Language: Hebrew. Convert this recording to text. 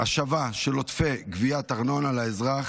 שהשבה של עודפי גביית ארנונה לאזרח,